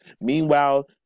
Meanwhile